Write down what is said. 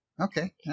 Okay